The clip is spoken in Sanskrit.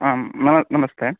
आं मनः नमस्ते